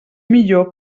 millor